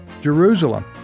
jerusalem